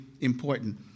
important